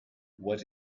what